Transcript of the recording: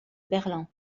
berlin